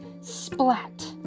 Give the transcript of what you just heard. splat